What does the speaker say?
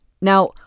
Now